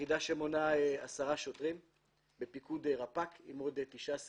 של 18 שוטרים בפיקוד רפ"ק עם עוד תשעה סיירים,